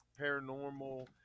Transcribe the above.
paranormal